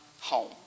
home